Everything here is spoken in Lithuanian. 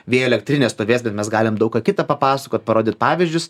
vėjo elektrinės stovės bet mes galim daug ką kitą papasakot parodyt pavyzdžius